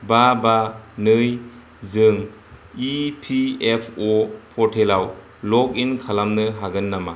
बा बा नै जों इपिएफअ पर्टेलाव लग इन खालामनो हागोन नामा